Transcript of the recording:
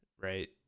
right